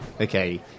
okay